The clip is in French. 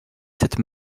cette